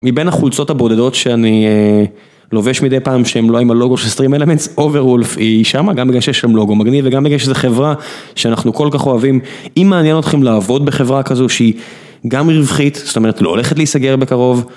מבין החולצות הבודדות שאני לובש מדי פעם שהם לא עם הלוגו של Stream Elements, Overwolf היא שמה, גם בגלל שיש להם לוגו מגניב וגם בגלל שזו חברה שאנחנו כל כך אוהבים. אם מעניין אותכם לעבוד בחברה כזו שהיא גם רווחית, זאת אומרת לא הולכת להיסגר בקרוב.